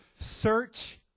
search